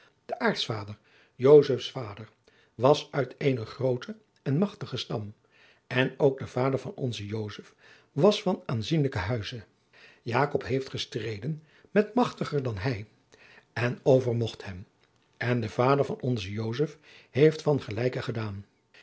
de aartsvader josefs vader was uit eenen grooten en machtigen stam en ook de vader van onzen jozef was van aanzienlijken huize jacob heeft gestreden met machtiger dan hij en overmocht hem en de vader van onzen jozef heeft van gelijken gedaan